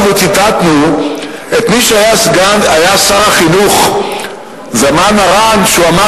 וציטטנו את מי שהיה שר החינוך זלמן ארן שאמר,